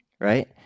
right